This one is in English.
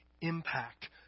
impact